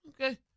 okay